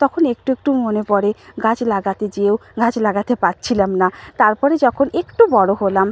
তখন একটু একটু মনে পড়ে গাছ লাগাতে যেয়েও গাছ লাগাতে পারছিলাম না তার পরে যখন একটু বড় হলাম